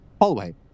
hallway